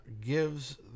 gives